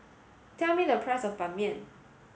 tell me the price of Ban Mian